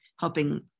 helping